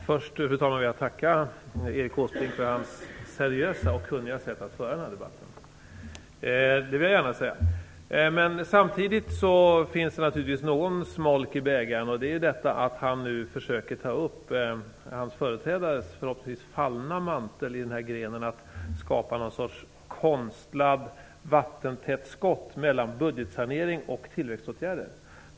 Fru talman! Först vill jag tacka Erik Åsbrink för hans seriösa och kunniga sätt att föra den här debatten. Det vill jag gärna säga. Samtidigt finns det naturligtvis smolk i bägaren, och det är att han nu försöker ta upp sin företrädares förhoppningsvis fallna mantel i grenen att skapa någon sorts konstlat vattentätt skott mellan budgetsanering och tillväxtåtgärder.